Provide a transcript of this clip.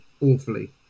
awfully